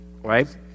right